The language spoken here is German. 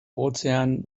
ozean